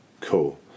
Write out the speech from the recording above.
cool